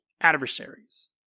adversaries